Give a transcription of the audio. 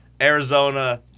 Arizona